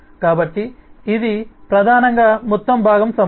కాబట్టి ఇది ప్రధానంగా మొత్తం భాగం సంబంధం